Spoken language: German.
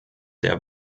der